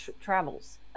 travels